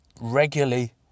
regularly